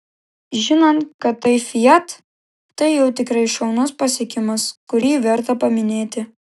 žinant kad tai fiat tai jau tikrai šaunus pasiekimas kurį verta paminėti